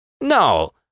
No